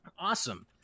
awesome